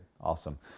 awesome